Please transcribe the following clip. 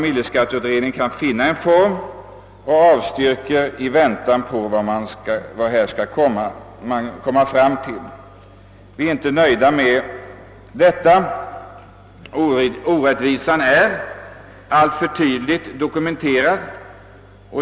Utskottet avstyrker därför förslaget i väntan på resultatet av beredningens arbete. Detta — möjligt att finna en form — är vi inte nöjda med. Orättvisan är alltför tydligt dokumenterad.